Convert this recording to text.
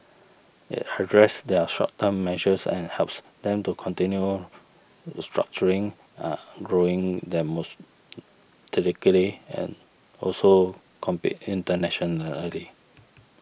it addresses their short term measures and helps them to continue structuring and growing and also compete internationally